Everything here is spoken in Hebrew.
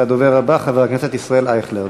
הדובר הבא, חבר הכנסת ישראל אייכלר.